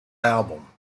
album